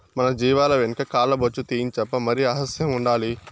మన జీవాల వెనక కాల్ల బొచ్చు తీయించప్పా మరి అసహ్యం ఉండాలి